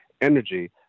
energy